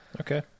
Okay